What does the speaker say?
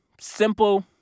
simple